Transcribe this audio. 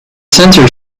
sensor